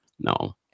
No